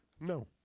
No